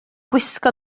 gwisgo